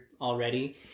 already